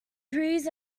trees